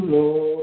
Lord